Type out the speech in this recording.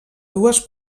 dues